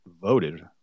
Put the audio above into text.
voted